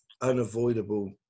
unavoidable